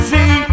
See